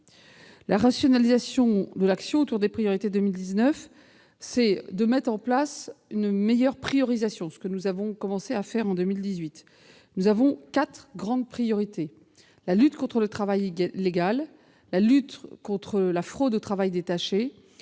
La rationalisation de l'action autour des priorités 2019 consiste à mettre en place une meilleure priorisation, ce que nous avons commencé à faire en 2018. Nous avons quatre grandes priorités : la lutte contre le travail illégal, la lutte contre la fraude au travail détaché,